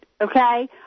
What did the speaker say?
okay